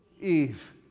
Eve